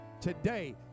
today